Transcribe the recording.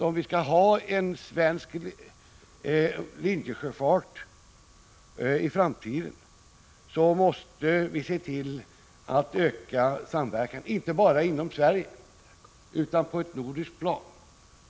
Om vi skall ha en svensk linjesjöfart i framtiden, måste vi se till att öka samverkan inte bara inom Sverige utan även på ett nordiskt plan.